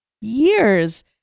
years